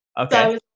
Okay